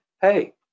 hey